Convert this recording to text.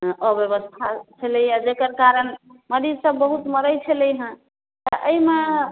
अव्यवस्था छलैए जकर कारण मरीजसभ बहुत मरैत छेलै हेँ एहिमे